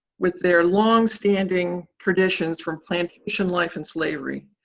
with their longstanding traditions from plantation life and slavery,